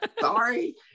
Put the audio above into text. sorry